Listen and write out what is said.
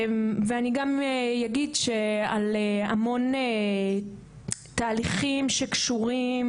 אני גם אגיד שעל המון תהליכים שקשורים